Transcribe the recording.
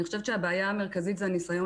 אני חושבת שהבעיה המרכזית זה הניסיון